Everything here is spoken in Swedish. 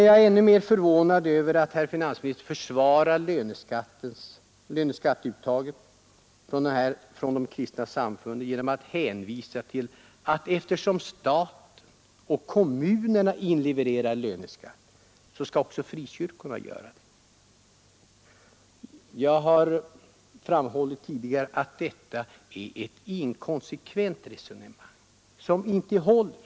Men jag är ännu mer förvånad över att finansministern försvarar löneskatteuttaget från de kristna samfunden genom att hänvisa till att eftersom staten och kommunerna inlevererar löneskatt, skall också frikyrkorna göra detta. Jag har tidigare framhållit, att detta är ett inkonsekvent resonemang som inte håller.